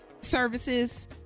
services